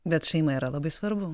bet šeima yra labai svarbu